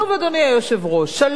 שלוש שנים עובדים על זה.